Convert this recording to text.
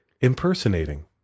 impersonating